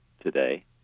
today